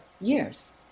years